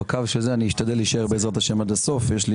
אשתדל להישאר עד הסוף בעזרת השם יש לי